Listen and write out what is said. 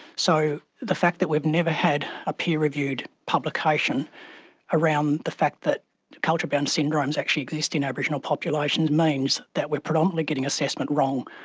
so the fact that we've never had a peer-reviewed publication around the fact that culture-bound syndromes actually exist in aboriginal populations means that we are predominantly getting assessment wrong.